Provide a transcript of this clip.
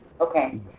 Okay